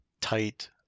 tight